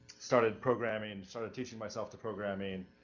started programming, and started teaching myself the programming,